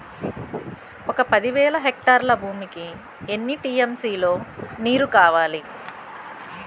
ఒక పది వేల హెక్టార్ల భూమికి ఎన్ని టీ.ఎం.సీ లో నీరు కావాలి?